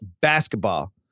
basketball